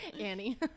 Annie